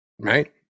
right